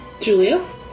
Julia